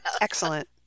Excellent